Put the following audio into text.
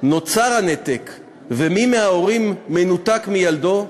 נוצר הנתק ומי מההורים מנותק מילדו,